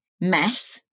mess